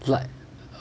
like